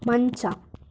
ಮಂಚ